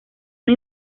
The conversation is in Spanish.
una